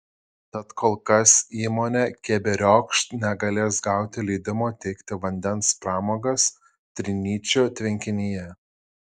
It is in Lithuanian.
tad kol kas įmonė keberiokšt negalės gauti leidimo teikti vandens pramogas trinyčių tvenkinyje